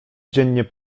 dziennie